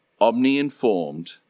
omni-informed